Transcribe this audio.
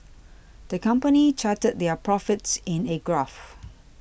the company charted their profits in a graph